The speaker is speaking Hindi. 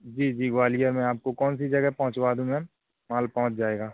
जी जी ग्वालियर में आपको कौन सी जगह पहुंचा दूँ मैम माल पहुंच जाएगा